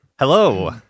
Hello